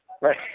right